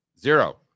zero